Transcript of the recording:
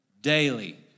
daily